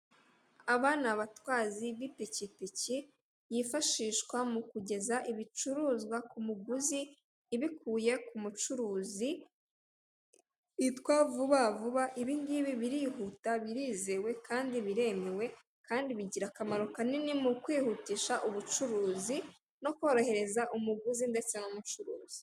Aba ni abatwazi b'ipikipiki yifashishwa mu kugeza ibicuruzwa ku muguzi ibikuye ku mucuruzi yitwa "vuba vuba", ibingibi birihuta, birizewe kandi biremewe kandi bigira akamaro kanini mu kwihutisha ubucuruzi no korohereza umuguzi ndetse n'umucuruzi.